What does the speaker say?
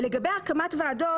ולגבי הקמת ועדות,